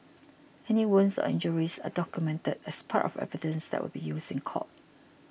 any wounds or injuries are documented as part of evidence that will be used in court